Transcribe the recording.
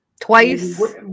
twice